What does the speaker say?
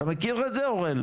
אתה מכיר את זה אוראל?